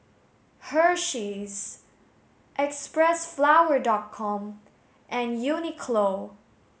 Hersheys Xpressflower com and Uniqlo